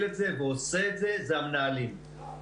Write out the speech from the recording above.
את זה ועושה את זה זה המנהלים והמורים.